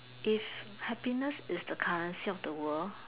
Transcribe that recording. if happiness is the currency of the world